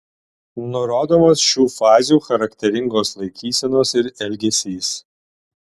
nurodomos šių fazių charakteringos laikysenos ir elgesys